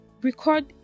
record